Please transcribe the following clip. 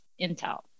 Intel